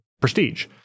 prestige